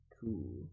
Cool